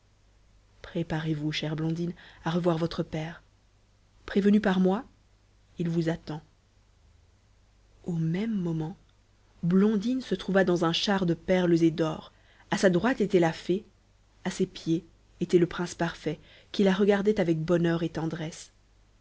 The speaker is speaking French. préparez-vous chère blondine à revoir votre père prévenu par moi il vous attend illustration ils restèrent longtemps embrassés au même moment blondine se trouva dans un char de perles et d'or à sa droite était la fée à ses pieds était le prince parfait qui la regardait avec bonheur et tendresse